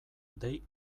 dei